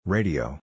Radio